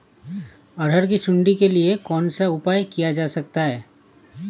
अरहर की सुंडी के लिए कौन सा उपाय किया जा सकता है?